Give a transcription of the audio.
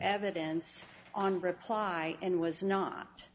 evidence on reply and was not